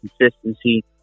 consistency